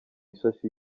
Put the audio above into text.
ishashi